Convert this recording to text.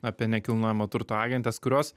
apie nekilnojamojo turto agentes kurios